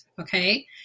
Okay